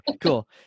cool